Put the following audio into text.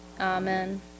Amen